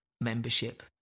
membership